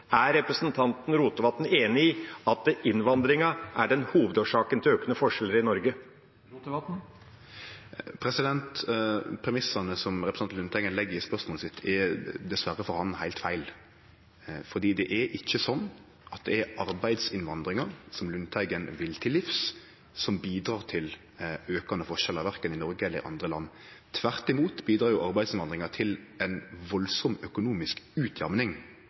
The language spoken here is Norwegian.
Er representanten Rotevatn enig i at innvandringen er hovedårsaken til økende forskjeller i Norge? Premissane som representant Lundteigen legg i spørsmålet sitt, er – dessverre for han – heilt feil, fordi det er ikkje sånn at det er arbeidsinnvandringa, som Lundteigen vil til livs, som bidrar til aukande forskjellar, verken i Noreg eller i andre land. Tvert imot bidrar arbeidsinnvandringa til ei kraftig økonomisk utjamning